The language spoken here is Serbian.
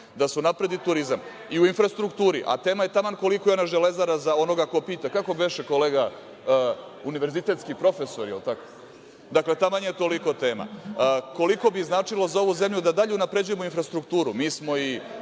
Da se unapredi turizam i u infrastrukturi, a tema je taman koliko i ona „Železara“ za onoga ko pita. Kako beše, kolega? Univerzitetski profesor, jel tako? Dakle, taman je toliko tema. Koliko bi značilo za ovu zemlju da dalje unapređujemo infrastrukturu? Mi smo i